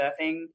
surfing